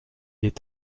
est